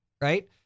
right